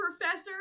professor